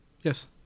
Yes